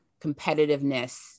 competitiveness